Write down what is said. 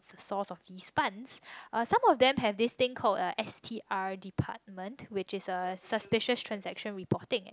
source of these funds some of them have this thing called S_T_R department which is suspicious transaction reporting